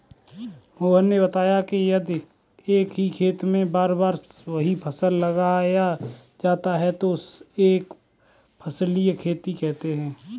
मोहन ने बताया कि यदि एक ही खेत में बार बार वही फसल लगाया जाता है तो उसे एक फसलीय खेती कहते हैं